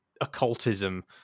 occultism